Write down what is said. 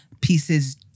pieces